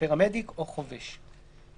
פרמדיק או חובש,